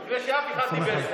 הוא יוציא רק אותנו.